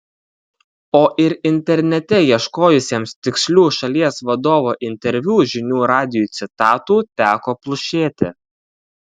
o ir internete ieškojusiems tikslių šalies vadovo interviu žinių radijui citatų teko plušėti